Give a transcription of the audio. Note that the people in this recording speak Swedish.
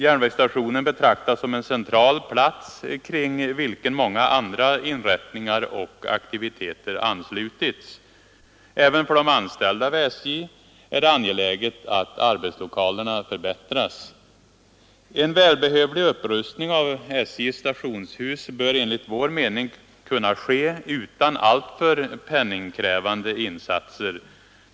Järnvägsstationen betraktas som en central plats, till vilken många andra inrättningar och aktiviteter knutits. Även för de anställda vid SJ är det angeläget att arbetslokalerna förbättras. En välbehövlig upprustning av SJ:s stationshus bör enligt vår mening kunna ske utan alltför penningkrävande insatser.